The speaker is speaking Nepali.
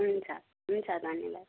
हुन्छ हुन्छ धन्यवाद